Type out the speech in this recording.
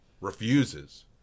refuses